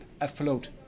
afloat